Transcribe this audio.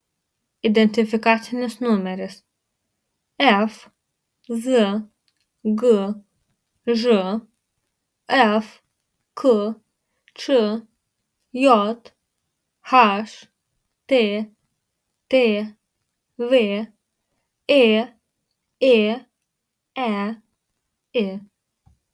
identifikacinis numeris fzgž fkčj httv ėėei